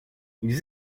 ils